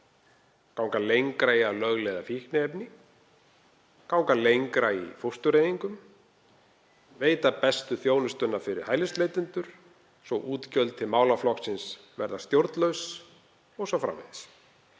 Ganga lengra í að lögleiða fíkniefni, ganga lengra í fóstureyðingum, veita bestu þjónustuna fyrir hælisleitendur svo útgjöld til málaflokksins verða stjórnlaus o.s.frv.